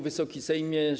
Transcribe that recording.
Wysoki Sejmie!